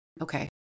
Okay